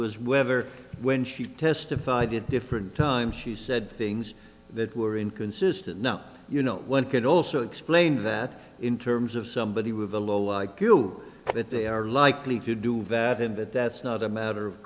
was whether when she testified at different times she said things that were inconsistent now you know one could also explain that in terms of somebody with a low i q that they are likely to do that and that that's not a matter of